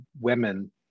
women